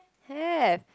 ya